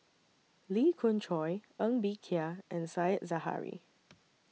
Lee Khoon Choy Ng Bee Kia and Said Zahari